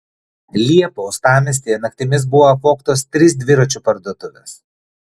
liepą uostamiestyje naktimis buvo apvogtos trys dviračių parduotuvės